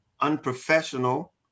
unprofessional